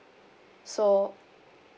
so